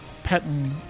Pattern